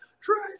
try